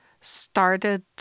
started